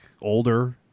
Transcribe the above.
older